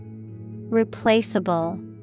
Replaceable